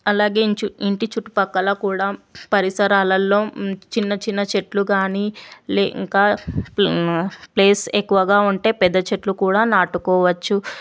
అలాగే ఇంటి చుట్టుపక్కలకూడా పరిసరాలల్లో చిన్నచిన్న చెట్లు కానీ లె ఇంకా ప్లేస్ ఎక్కువగా ఉంటే పెద్ద చెట్లు కూడా నాటుకోవచ్చు